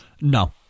No